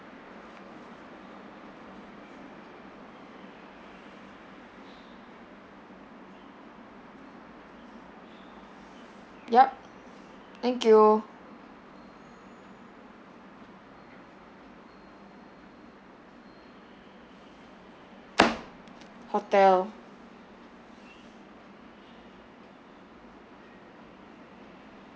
yup thank you hotel